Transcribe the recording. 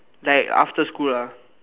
like after school ah